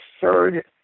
third